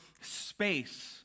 space